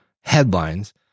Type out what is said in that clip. headlines